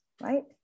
right